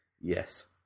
Yes